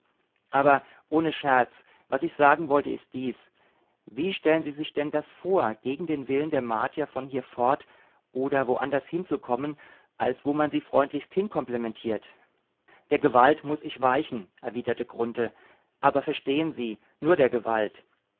aber ohne scherz was ich sagen wollte ist dies wie stellen sie sich denn das vor gegen den willen der martier von hier fort oder woanders hinzukommen als wo man sie freundlichst hinkomplimentiert der gewalt muß ich weichen erwiderte grunthe aber verstehen sie nur der gewalt